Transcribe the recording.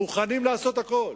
מוכנים לעשות הכול.